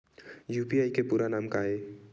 UPI के पूरा नाम का ये?